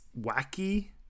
wacky